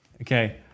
okay